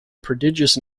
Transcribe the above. prodigious